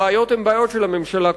הבעיות הן בעיות של הממשלה כולה,